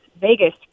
Vegas